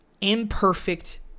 imperfect